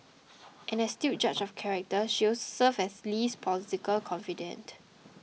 an astute judge of character she also served as Lee's political confidante